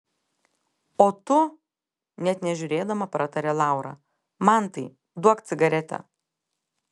o tu net nežiūrėdama pratarė laura mantai duok cigaretę